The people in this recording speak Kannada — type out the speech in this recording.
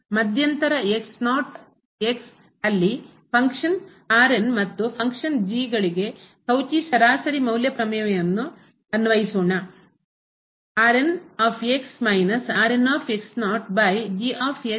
ಮಧ್ಯಂತರ ಲ್ಲಿ ಫಂಕ್ಷನ್ ಮತ್ತು ಫಂಕ್ಷನ್ g ಗಳಿಗೆ ಕಾರ್ಯಗಳಿಗೆ ಕೌಚಿ ಸರಾಸರಿ ಮೌಲ್ಯ ಪ್ರಮೇಯವನ್ನು ಅನ್ವಯಿಸೋಣ